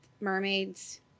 mermaids